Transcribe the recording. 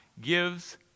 gives